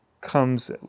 comes